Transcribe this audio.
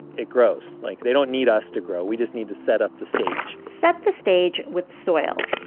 it grows. like, they don't need us to grow. we just need to set up the stage set the stage with soil.